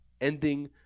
ending